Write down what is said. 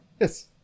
Yes